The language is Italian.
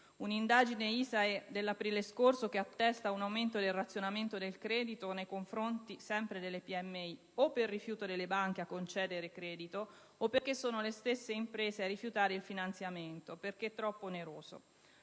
l'indagine ISAE dell'aprile scorso che attesta un aumento del razionamento del credito nei confronti sempre delle PMI, o per rifiuto delle banche a concedere credito o perché sono le stesse imprese a rifiutare il finanziamento, perché troppo oneroso.